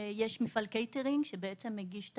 יש מפעל קייטרינג שמגיש את